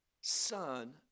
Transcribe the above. Son